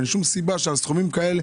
אין שום סיבה שעל סכומים כאלה,